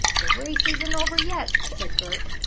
the race isn't over yet, said bert.